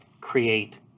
create